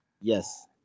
Yes